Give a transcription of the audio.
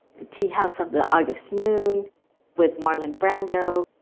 the teahouse of the august moon with marlon brando.